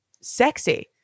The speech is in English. sexy